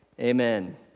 amen